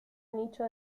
nicho